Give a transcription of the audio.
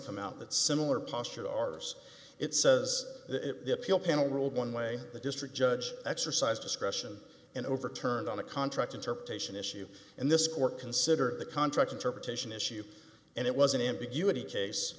come out that similar posture of ours it says that the appeal panel ruled one way the district judge exercise discretion and overturned on a contract interpretation issue and this court considered the contract interpretation issue and it was an ambiguity case